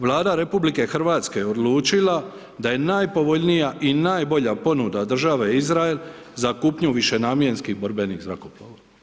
Vlada RH je odlučila da je najpovoljnija i najbolja ponuda od države Izrael za kupnju višenamjenskih borbenih zrakoplova.